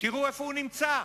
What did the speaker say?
תראו איפה הוא נמצא.